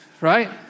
right